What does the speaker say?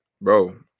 bro